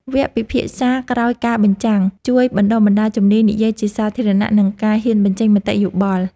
វគ្គពិភាក្សាក្រោយការបញ្ចាំង ជួយបណ្ដុះបណ្ដាលជំនាញនិយាយជាសាធារណៈ និងការហ៊ានបញ្ចេញមតិយោបល់។